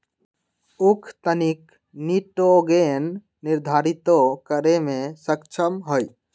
उख तनिक निटोगेन निर्धारितो करे में सक्षम हई